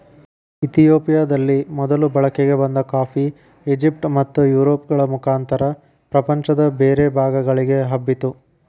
ಇತಿಯೋಪಿಯದಲ್ಲಿ ಮೊದಲು ಬಳಕೆಗೆ ಬಂದ ಕಾಫಿ, ಈಜಿಪ್ಟ್ ಮತ್ತುಯುರೋಪ್ಗಳ ಮುಖಾಂತರ ಪ್ರಪಂಚದ ಬೇರೆ ಭಾಗಗಳಿಗೆ ಹಬ್ಬಿತು